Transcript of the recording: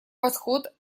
подход